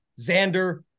Xander